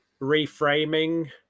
reframing